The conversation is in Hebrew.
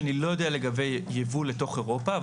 שאני לא יודע לגבי יבוא לתוך אירופה,